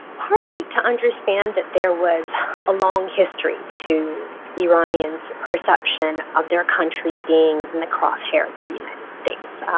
partly to understand that there was a long history to iranians' perception of their country being in the crosshairs of the united states.